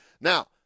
Now